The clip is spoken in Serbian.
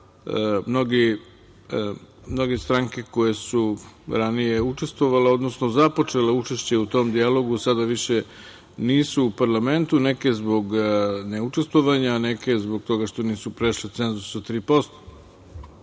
mnoge stranke koje su ranije učestvovale, odnosno započele učešće u tom dijalogu sada više nisu u parlamentu, neke zbog neučestvovanja, neke zbog toga što nisu prešle cenzus od